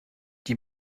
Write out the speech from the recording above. die